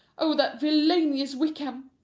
oh, that villainous wickham!